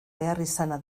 beharrizana